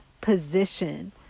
position